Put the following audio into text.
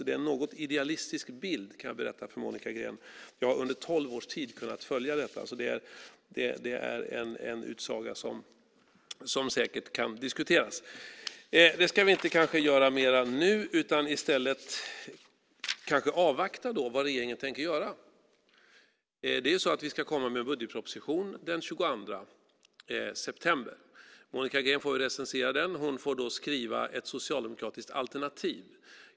Det är en något idealistisk bild, kan jag berätta för Monica Green. Jag har under tolv års tid kunnat följa detta. Det är en utsaga som säkert kan diskuteras. Det ska vi kanske inte göra mer nu utan i stället avvakta och se vad regeringen tänker göra. Vi ska komma med budgetpropositionen den 22 september. Monica Green får recensera den, och hon får skriva ett socialdemokratiskt alternativ.